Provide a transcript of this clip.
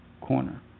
Corner